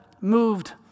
moved